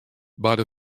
barde